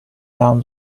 down